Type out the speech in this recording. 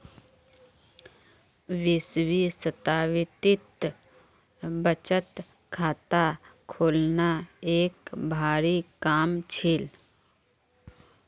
बीसवीं शताब्दीत बचत खाता खोलना एक भारी काम छील